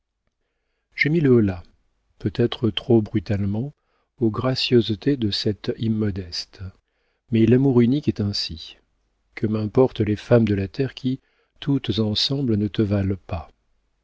j'ai mis le holà peut-être trop brutalement aux gracieusetés de cette immodeste mais l'amour unique est ainsi que m'importent les femmes de la terre qui toutes ensemble ne te valent pas